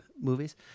movies